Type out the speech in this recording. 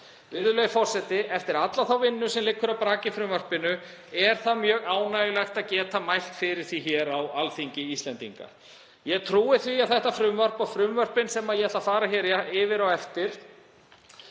í betri fjárfestingu. Eftir alla þá vinnu sem liggur að baki frumvarpinu er mjög ánægjulegt að geta mælt fyrir því hér á Alþingi Íslendinga. Ég trúi því að þetta frumvarp, og frumvörpin sem ég ætla að fara yfir á eftir,